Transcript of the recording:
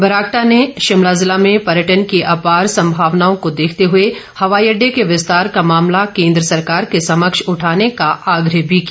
बरागटा ने शिमला जिला में पर्यटन की अपार संभावनाओं को देखते हुए हवाई अंडडे के विस्तार का मामला केन्द्र सरकार के समक्ष उठाने का आग्रह भी किया